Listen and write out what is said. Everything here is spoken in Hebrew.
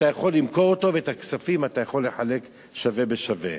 אתה יכול למכור אותו ואת הכספים אתה יכול לחלק שווה בשווה.